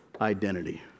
identity